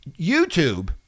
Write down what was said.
YouTube